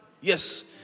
Yes